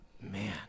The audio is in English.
man